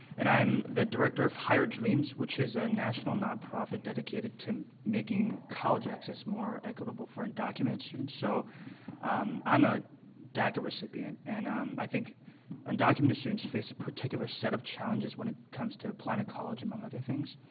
and i'm the director of higher dreams, which is a national, non-profit dedicated to making college access more equitable for undocumented students. so i'm a daca recipient, and i think undocumented students face a particular set of challenges when it comes to applying to college among other things,